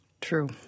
True